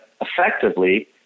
effectively